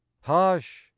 Hush